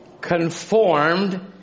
Conformed